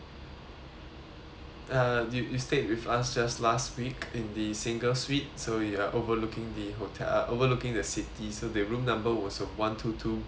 uh you you stayed with us just last week in the single suite so you are overlooking the hotel uh overlooking the city so the room number was of one two two B is that correct